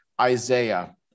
Isaiah